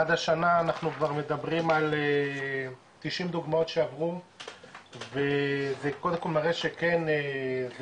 עד השנה אנחנו כבר מדברים על 90 דוגמאות שעברו וזה קודם כל מראה שכן זה